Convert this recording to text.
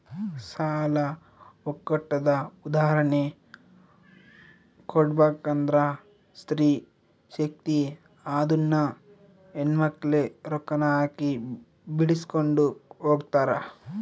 ಸಾಲ ಒಕ್ಕೂಟದ ಉದಾಹರ್ಣೆ ಕೊಡ್ಬಕಂದ್ರ ಸ್ತ್ರೀ ಶಕ್ತಿ ಅದುನ್ನ ಹೆಣ್ಮಕ್ಳೇ ರೊಕ್ಕಾನ ಹಾಕಿ ಬೆಳಿಸ್ಕೊಂಡು ಹೊಗ್ತಾರ